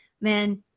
Man